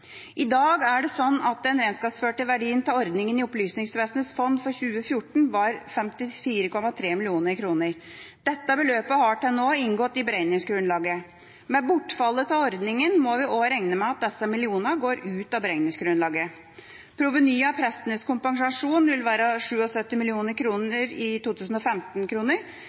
I dag er det slik at den regnskapsførte verdien av ordningen i Opplysningsvesenets fond for 2014 var 54,3 mill. kr. Dette beløpet har til nå inngått i beregningsgrunnlaget. Med bortfall av ordningen må vi også regne med at disse millionene går ut av beregningsgrunnlaget. Provenyet av prestenes kompensasjon vil være 77 mill. i